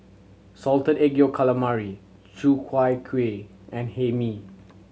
Salted Egg Yolk Calamari Ku Chai Kuih and Hae Mee